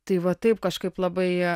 tai va taip kažkaip labai